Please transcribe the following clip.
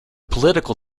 political